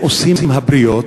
מה עושים הבריות?